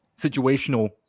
situational